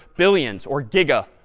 billions, or gigabytes.